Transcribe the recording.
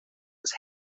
its